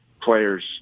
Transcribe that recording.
players